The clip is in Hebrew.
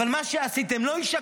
אבל מה שעשיתם לא יישכח,